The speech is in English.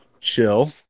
Chill